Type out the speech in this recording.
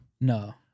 No